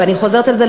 ואני חוזרת על זה,